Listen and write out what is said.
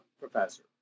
professor